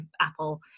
Apple